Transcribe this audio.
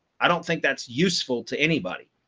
i don't think that's useful to anybody.